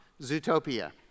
Zootopia